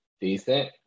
Decent